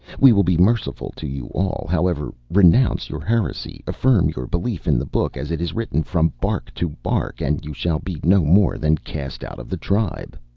we will be merciful to you all, however. renounce your heresy, affirm your belief in the book as it is written from bark to bark, and you shall be no more than cast out of the tribe.